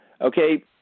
Okay